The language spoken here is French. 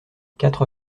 quatre